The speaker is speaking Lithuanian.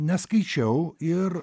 neskaičiau ir